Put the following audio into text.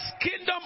kingdom